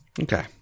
Okay